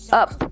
up